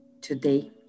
today